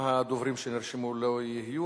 אם הדוברים שנרשמו לא יהיו,